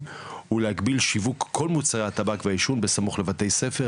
ולהגביל שיוון כל מוצרי הטבק והעישון בסמוך לבתי ספר,